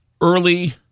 early